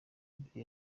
imbere